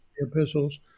epistles